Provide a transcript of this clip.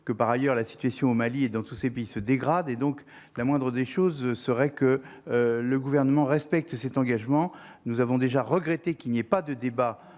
que par ailleurs la situation au Mali et dans tous ces pays se dégrader et donc la moindre des choses serait que le gouvernement respecte cet engagement, nous avons déjà regretté qu'il n'y ait pas de débat